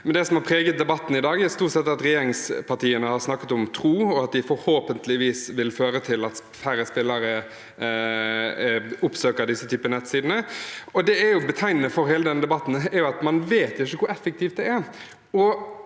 det som har preget debatten i dag, er stort sett at regjeringspartiene har snakket om tro, og at det forhåpentligvis vil føre til at færre spillere oppsøker denne typen nettsider. Det som er betegnende for hele denne debatten, er at man ikke vet hvor effektivt det er.